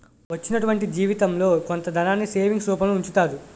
వచ్చినటువంటి జీవితంలో కొంత ధనాన్ని సేవింగ్స్ రూపంలో ఉంచుతారు